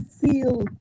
feel